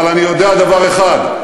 אבל אני יודע דבר אחד,